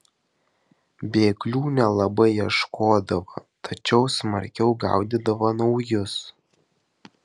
bėglių nelabai ieškodavo tačiau smarkiau gaudydavo naujus